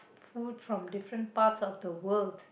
food from different parts of the world